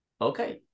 Okay